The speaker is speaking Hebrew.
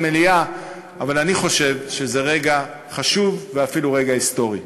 אבל אני חושב שזה רגע חשוב ואפילו רגע היסטורי.